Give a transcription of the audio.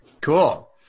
Cool